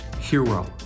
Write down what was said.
hero